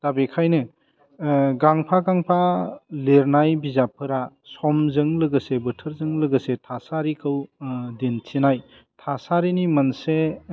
दा बेखायनो गांफा गांफा लिरनाय बिजाबफोरा समजों लोगोसे बोथोरजों लोगोसे थासारिखौ दिन्थिनाय थासारिनि मोनसे